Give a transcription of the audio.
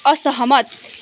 असहमत